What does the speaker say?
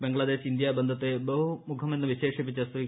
Bangladesh India ബന്ധത്തെ ബഹുമുഖമെന്ന് വിശേഷിപ്പിച്ച ശ്രീ